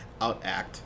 outact